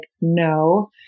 no